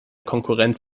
konkurrenz